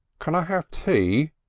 can i have tea?